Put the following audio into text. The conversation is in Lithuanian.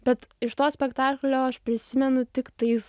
bet iš to spektaklio aš prisimenu tiktais